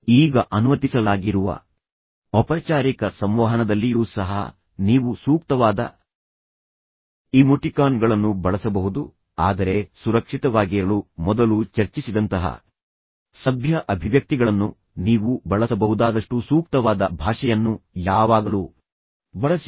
ಈಗ ಅನುಮತಿಸಲಾಗಿರುವ ಔಪಚಾರಿಕ ಸಂವಹನದಲ್ಲಿಯೂ ಸಹ ನೀವು ಸೂಕ್ತವಾದ ಇಮೋಟಿಕಾನ್ಗಳನ್ನು ಬಳಸಬಹುದು ಆದರೆ ಸುರಕ್ಷಿತವಾಗಿರಲು ಮೊದಲು ಚರ್ಚಿಸಿದಂತಹ ಸಭ್ಯ ಅಭಿವ್ಯಕ್ತಿಗಳನ್ನು ನೀವು ಬಳಸಬಹುದಾದಷ್ಟು ಸೂಕ್ತವಾದ ಭಾಷೆಯನ್ನು ಯಾವಾಗಲೂ ಬಳಸಿ